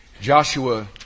Joshua